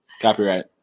Copyright